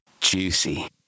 Juicy